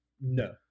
No